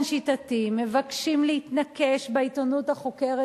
שיטתי מבקשים להתנקש בעיתונות החוקרת,